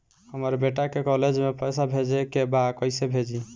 हमर बेटा के कॉलेज में पैसा भेजे के बा कइसे भेजी?